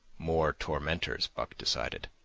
more tormentors, buck decided,